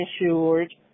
insured